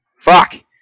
fuck